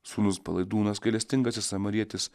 sūnus palaidūnas gailestingasis samarietis